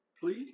please